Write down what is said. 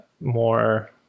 more